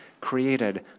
created